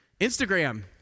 Instagram